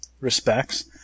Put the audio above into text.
respects